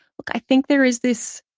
look, i think there is this,